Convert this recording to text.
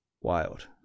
wild